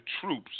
troops